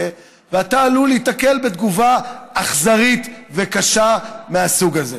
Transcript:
והיית עלול להיתקל בתגובה אכזרית וקשה מהסוג הזה.